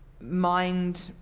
mind